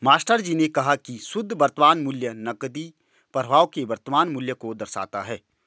मास्टरजी ने कहा की शुद्ध वर्तमान मूल्य नकदी प्रवाह के वर्तमान मूल्य को दर्शाता है